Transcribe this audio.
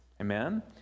Amen